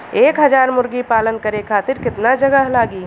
एक हज़ार मुर्गी पालन करे खातिर केतना जगह लागी?